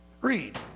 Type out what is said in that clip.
read